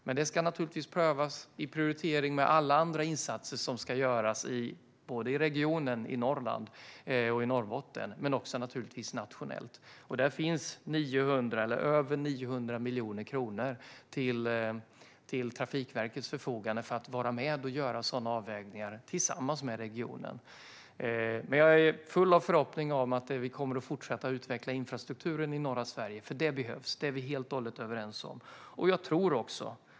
Men det ska naturligtvis prövas och prioriteras mot alla andra insatser som ska göras både i Norrland och i Norrbotten men också nationellt. Det finns över 900 miljoner kronor till Trafikverkets förfogande för att vara med och göra sådana avvägningar tillsammans med regionen. Jag är full av förhoppning om att vi kommer att fortsätta att utveckla infrastrukturen i norra Sverige, för det behövs. Det är vi helt och hållet överens om.